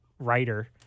writer